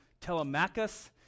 Telemachus